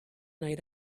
night